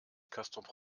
castrop